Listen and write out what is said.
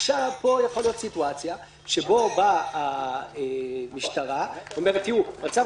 עכשיו פה יכולה להיות סיטואציה שבה באה המשטרה ואומרת: במצב